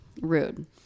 Rude